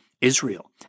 Israel